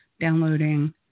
downloading